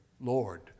Lord